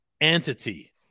entity